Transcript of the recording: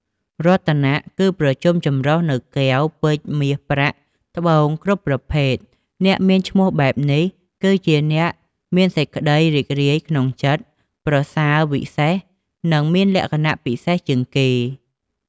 រតនៈ គឺប្រជុំចម្រុះនូវ កែវ ពេជ្យ មាស ប្រាក់ ត្បូងគ្រប់ប្រភេទ។អ្នកមានឈ្មោះបែបនេះគឺជាអ្នកមានសេចក្តីរីករាយក្នុងចិត្ត ប្រសើរវិសេសនិងមានលក្ខណៈពិសេសជាងគេ។